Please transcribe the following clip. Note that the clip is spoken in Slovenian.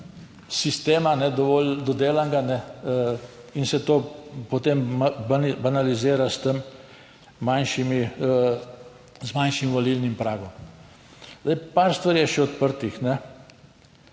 sistema, dovolj dodelanega in se to potem banalizira z manjšim volilnim pragom. Par stvari je še odprtih.